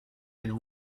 and